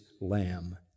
lamb